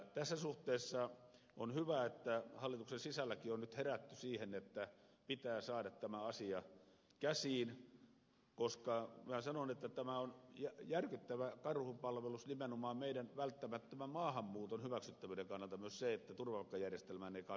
tässä suhteessa on hyvä että hallituksen sisälläkin on nyt herätty siihen että pitää saada tämä asia käsiin koska minä sanon että on järkyttävä karhunpalvelus nimenomaan meidän välttämättömän maahanmuuton hyväksyttävyyden kannalta myös se että turvapaikkajärjestelmään eivät kansalaiset voi luottaa